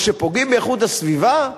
או שפוגעים באיכות הסביבה,